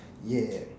ya